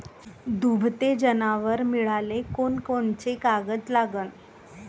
दुभते जनावरं मिळाले कोनकोनचे कागद लागन?